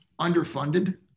underfunded